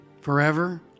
Forever